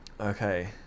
Okay